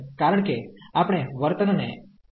કારણ કે આપણે વર્તનને x → 0 તરીકે જોવા માંગીએ છીએ